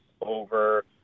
over